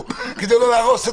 אתה אומר משהו אחד